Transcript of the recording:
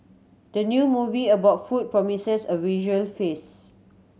the new movie about food promises a visual feast